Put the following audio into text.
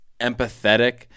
empathetic